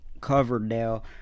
Coverdale